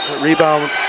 rebound